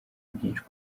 byinshi